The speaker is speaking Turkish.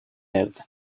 erdi